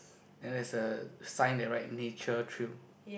and there is a sign they write nature trail